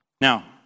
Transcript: Now